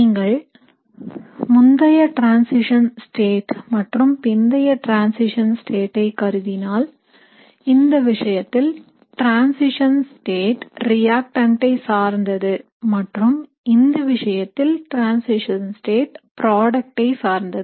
நீங்கள் முந்தைய transition state மற்றும் பிந்தைய டிரான்சிஷன் state ஐ கருதினால் இந்த விஷயத்தில் டிரான்சிஷன் state ரியாகன்ட் ஐ சார்ந்தது மற்றும் இந்த விஷயத்தில் டிரான்சிஷன் state ப்ராடக்டை சார்ந்தது